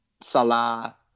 Salah